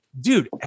dude